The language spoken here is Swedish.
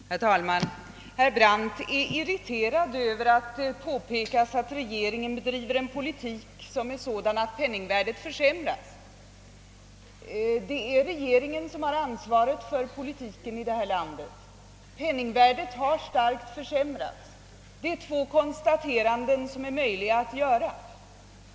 Herr talman! Herr Brandt är irriterad över att det påpekas att regeringen bedriver en politik som är sådan att penningvärdet försämras. Det är regeringen som har ansvaret för politiken i detta land. Penningvärdet har starkt försämrats. Det är två konstateranden som är möjliga att göra.